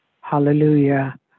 Hallelujah